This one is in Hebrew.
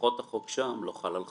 לפחות החוק שם לא חל על חברות,